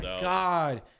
God